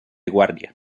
guardia